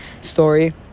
story